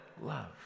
love